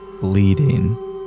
bleeding